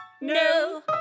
No